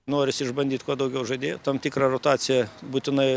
norisi išbandyt kuo daugiau žadėjų tam tikrą rotaciją būtinai